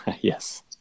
yes